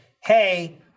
hey